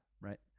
right